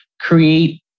create